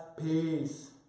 Peace